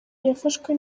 yafashwe